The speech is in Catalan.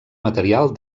material